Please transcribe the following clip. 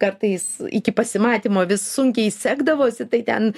kartais iki pasimatymo vis sunkiai sekdavosi tai ten